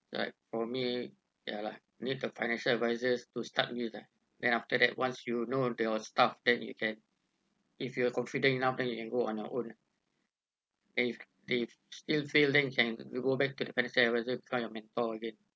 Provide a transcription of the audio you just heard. like for me ya lah need the financial advisors to start with ah then after that once you know there was stuff then you can if you were confident enough then you can go on your own lah if if still fail then you can you go back to the financial advisor to find your mentor again